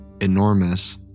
enormous